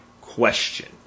question